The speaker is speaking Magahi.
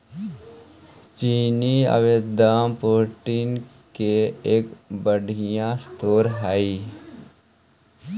चिनिआबेदाम प्रोटीन के एगो बढ़ियाँ स्रोत हई